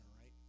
right